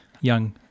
young